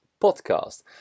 podcast